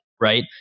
right